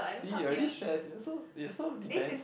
see you already stress you're so you're so defence